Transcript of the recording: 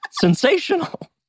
sensational